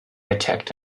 attacked